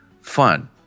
fun